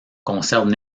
conservent